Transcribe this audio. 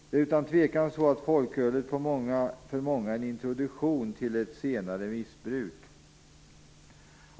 Det är utan tvivel så att folkölet för många är en introduktion till ett senare missbruk.